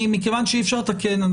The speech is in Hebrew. מכיוון שאי אפשר לתקן,